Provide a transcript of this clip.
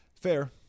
Fair